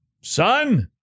Son